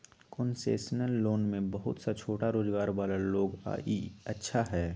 concessional loan में बहुत सा छोटा रोजगार वाला लोग ला ई अच्छा हई